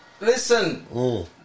Listen